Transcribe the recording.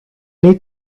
need